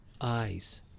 eyes